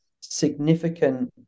significant